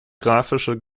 graphische